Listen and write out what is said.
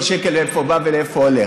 כל שקל לאיפה בא ולאיפה הולך.